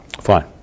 Fine